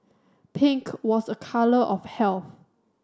pink was a colour of health